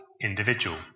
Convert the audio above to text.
individual